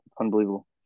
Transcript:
Unbelievable